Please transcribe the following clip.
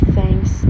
thanks